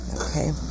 Okay